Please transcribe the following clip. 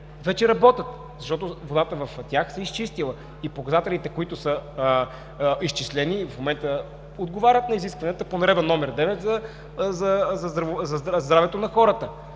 вече работят, защото водата в тях се е изчистила и показателите, които са изчислени, в момента отговарят на изискванията по Наредба № 9 за здравето на хората.